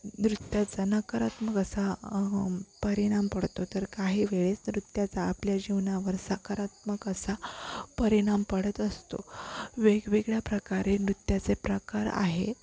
नृत्याचा नकारात्मक असा परिणाम पडतो तर काही वेळेस नृत्याचा आपल्या जीवनावर सकारात्मक असा परिणाम पडत असतो वेगवेगळ्या प्रकारे नृत्याचे प्रकार आहेत